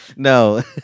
No